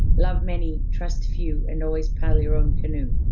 love many, trust few, and always paddle your own canoe.